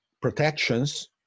protections